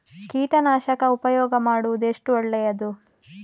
ಕೀಟನಾಶಕ ಉಪಯೋಗ ಮಾಡುವುದು ಎಷ್ಟು ಒಳ್ಳೆಯದು?